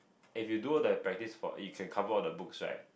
if you do all the practice for it you can cover all the books right